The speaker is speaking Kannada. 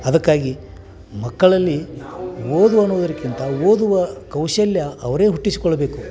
ಅದಕ್ಕಾಗಿ ಮಕ್ಕಳಲ್ಲಿ ಓದು ಅನ್ನುವುದಕ್ಕಿಂತ ಓದುವ ಕೌಶಲ್ಯ ಅವರೇ ಹುಟ್ಟಿಸ್ಕೊಳ್ಬೇಕು